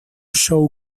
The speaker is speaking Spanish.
show